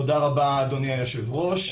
תודה רבה אדוני היושב ראש,